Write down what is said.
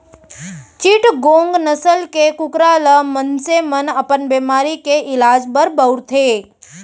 चिटगोंग नसल के कुकरा ल मनसे मन अपन बेमारी के इलाज बर बउरथे